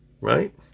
Right